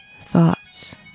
thoughts